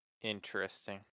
interesting